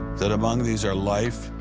that among these are life,